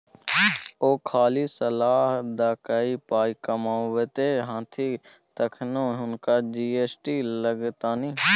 ओ खाली सलाह द कए पाय कमाबैत छथि तखनो हुनका जी.एस.टी लागतनि